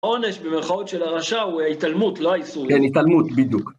עונש במירכאות של הרשע הוא ההתעלמות, לא האיסור. כן, התעלמות, בדיוק.